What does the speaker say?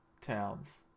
Towns